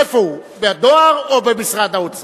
איפה הוא, בדואר או במשרד האוצר?